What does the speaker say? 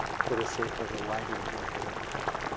for the sake of a wider geopolitical